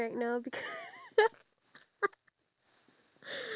okay I have a creative question for you okay